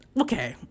okay